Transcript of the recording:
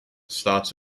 starts